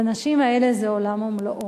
לנשים האלה זה עולם ומלואו.